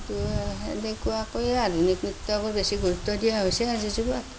এনেকুৱাকৈয়ে আধুনিক নৃত্যবোৰ বেছি গুৰুত্ব দিয়া হৈছে আজিৰ যুগত